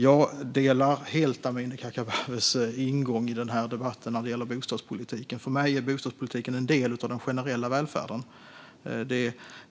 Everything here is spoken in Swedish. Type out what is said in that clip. Jag delar helt Amineh Kakabavehs ingång i den här debatten när det gäller bostadspolitiken. För mig är bostadspolitiken en del av den generella välfärden.